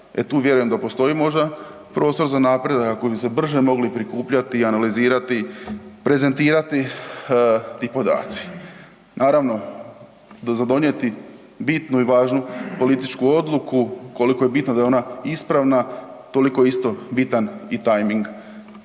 tu vjerujem da postoji možda prostor za napredak kako bi se brže mogli prikupljati i analizirati, prezentirati ti podaci. Naravno da za donijeti bitnu i važnu političku odluku koliko je bitno da je ona ispravna toliko je isto bitan i tajming.